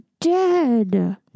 dead